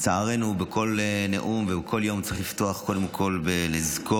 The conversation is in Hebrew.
לצערנו כל נאום וכל יום צריך לפתוח קודם כול בלזכור